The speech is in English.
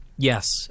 Yes